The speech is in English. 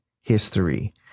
history